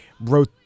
wrote